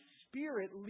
spirit